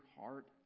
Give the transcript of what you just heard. heart